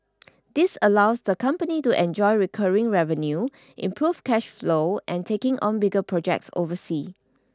this allows the company to enjoy recurring revenue improve cash flow and taking on bigger projects oversea